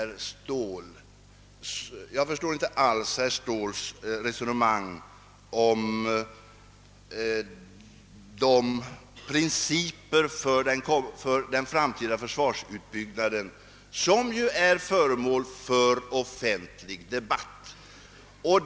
Jag förstår inte alls herr Ståhls resonemang om principerna för den framtida försvarsutbyggnaden, som ju är föremål för offentlig debatt.